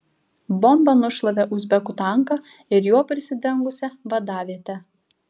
bomba nušlavė uzbekų tanką ir juo prisidengusią vadavietę